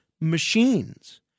machines